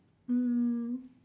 um